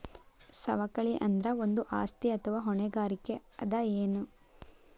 ಸವಕಳಿ ಅಂದ್ರ ಒಂದು ಆಸ್ತಿ ಅಥವಾ ಹೊಣೆಗಾರಿಕೆ ಅದ ಎನು?